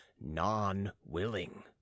non-willing